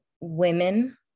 women